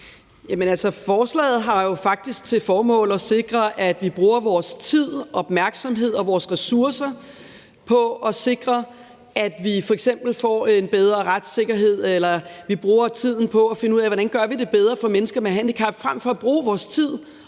Forslaget har jo faktisk til formål at sikre, at vi bruger vores tid, opmærksomhed og vores ressourcer på at sikre, at vi f.eks. får en bedre retssikkerhed, eller at vi bruger tiden på at finde ud af, hvordan vi gør det bedre for mennesker med handicap, frem for at bruge vores tid